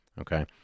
okay